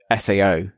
SAO